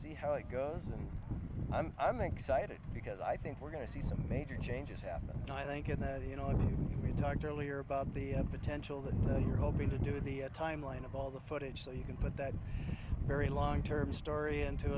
see how it goes and i'm excited because i think we're going to see some major changes happen i think in that you know when we talked earlier about the potential that you're hoping to do with the timeline of all the footage so you can put that very long term story into